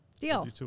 Deal